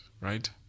right